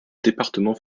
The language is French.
département